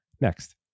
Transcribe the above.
Next